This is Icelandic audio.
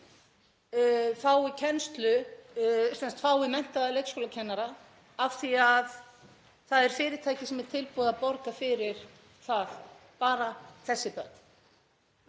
sum börn fái menntaða leikskólakennara af því að það er fyrirtæki sem er tilbúið að borga fyrir bara þessi börn?